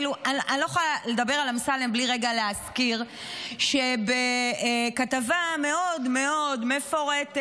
אני לא יכולה לדבר על אמסלם בלי רגע להזכיר שבכתבה מאוד מאוד מפורטת,